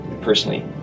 personally